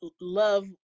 love